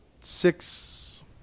six